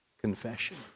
confession